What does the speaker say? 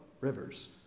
rivers